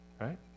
right